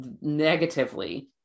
negatively